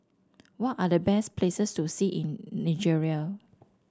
what are the best places to see in Nigeria